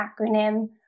acronym